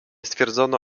stwierdzono